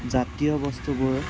জাতীয় বস্তুবোৰ